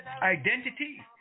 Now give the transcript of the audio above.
Identity